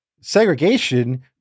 segregation